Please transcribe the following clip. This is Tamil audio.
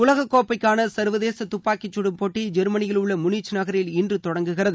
உலகக்கோப்பைக்கான சர்வதேச துப்பாக்கிச் சுடும் போட்டி ஜெர்மனியில் உள்ள முனிச் நகரில் இன்று தொடங்குகிறது